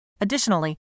Additionally